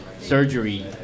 surgery